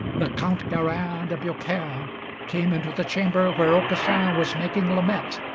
the count garin de biaucaire came into the chamber where aucassin was making lament,